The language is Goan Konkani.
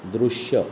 दृश्य